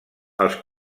els